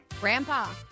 grandpa